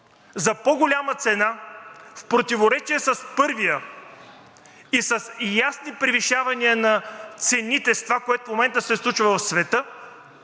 за по-голяма цена, в противоречие с първия и с ясни превишавания на цените, с това, което в момента се случва в света,